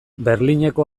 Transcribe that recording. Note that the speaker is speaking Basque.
berlineko